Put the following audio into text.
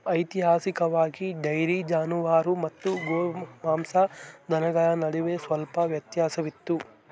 ಐತಿಹಾಸಿಕವಾಗಿ, ಡೈರಿ ಜಾನುವಾರು ಮತ್ತು ಗೋಮಾಂಸ ದನಗಳ ನಡುವೆ ಸ್ವಲ್ಪ ವ್ಯತ್ಯಾಸವಿತ್ತು